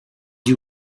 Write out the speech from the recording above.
you